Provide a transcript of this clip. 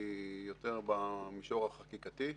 היא יותר במישור החקיקה.